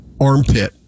armpit